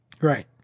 Right